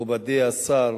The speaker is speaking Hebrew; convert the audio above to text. מכובדי השר,